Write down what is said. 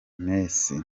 messi